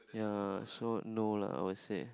ya so no lah I would say